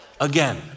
again